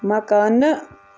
مکانہٕ